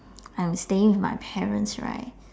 I'm staying with my parents right